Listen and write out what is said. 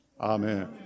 Amen